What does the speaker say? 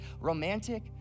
romantic